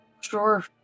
sure